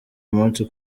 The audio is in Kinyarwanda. umunsi